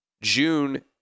June